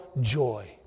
joy